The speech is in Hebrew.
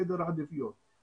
עשינו את הכול,